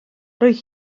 roedd